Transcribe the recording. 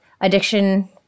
addiction